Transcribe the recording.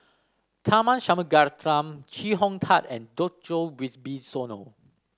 Tharman Shanmugaratnam Chee Hong Tat and Djoko Wibisono